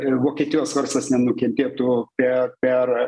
ir vokietijos verslas nenukentėtų per per